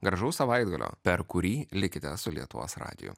gražaus savaitgalio per kurį likite su lietuvos radiju